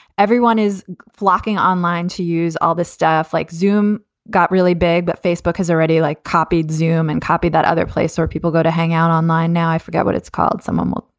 everyone is flocking online to use all the stuff like zoome got really big. but facebook has already, like, copied zoom and copy that other place or people go to hang out online. now, i forget what it's called. someone will.